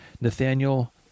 Nathaniel